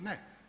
Ne.